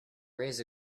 raise